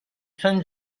san